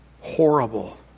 Horrible